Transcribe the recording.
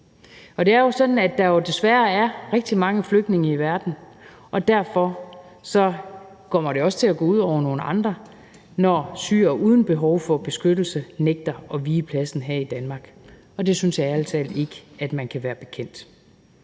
Og det er jo sådan, at der desværre er rigtig mange flygtninge i verden, og derfor kommer det også til at gå ud over nogle andre, når syrere uden behov for beskyttelse nægter at vige pladsen her i Danmark, og det synes jeg ærlig talt ikke at man kan være bekendt.